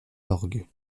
l’orgue